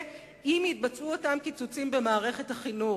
אם יתבצעו אותם קיצוצים במערכת החינוך.